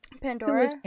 Pandora